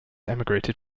emigrated